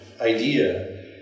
idea